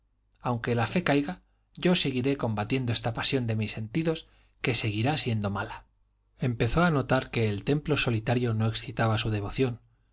aunque la fe caiga yo seguiré combatiendo esta pasión de mis sentidos que seguirá siendo mala empezó a notar que el templo solitario no excitaba su devoción